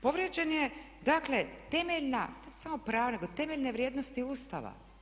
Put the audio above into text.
Povrijeđen je temeljna, ne samo prava nego temeljne vrijednosti Ustava.